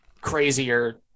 crazier